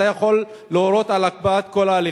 אתה יכול להורות על הקפאת כל ההליכים.